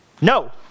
No